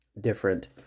different